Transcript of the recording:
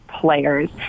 players